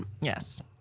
Yes